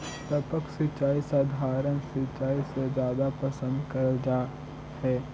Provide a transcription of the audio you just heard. टपक सिंचाई सधारण सिंचाई से जादा पसंद करल जा हे